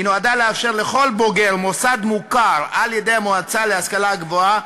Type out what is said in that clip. היא נועדה לאפשר לכל בוגר מוסד מוכר על-ידי המועצה להשכלה גבוהה,